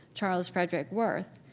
charles frederick worth,